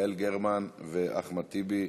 של יעל גרמן ואחמד טיבי.